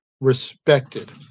respected